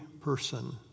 person